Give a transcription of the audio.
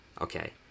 okay